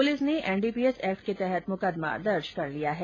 police ने NDPS act के तहत मुकदमा दर्ज किया है